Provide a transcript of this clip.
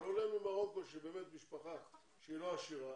אבל עולה ממרוקו שבאמת משפחה שהיא לא עשירה,